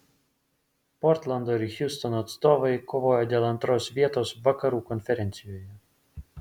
portlando ir hjustono atstovai kovoja dėl antros vietos vakarų konferencijoje